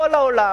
כל העולם,